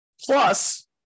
Plus